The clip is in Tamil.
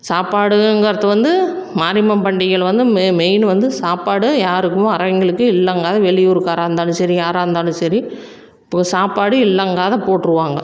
சாப்பாடுங்கிறது வந்து மாரியம்மன் பண்டிகையில் வந்து மெ மெயின் வந்து சாப்பாடு யாருக்கும் வர்றவங்களுக்கு இல்லைங்காத வெளியூருக்காராக இருந்தாலும் சரி யாராக இருந்தாலும் சரி இப்போது சாப்பாடு இல்லைங்காத போட்டிருவாங்க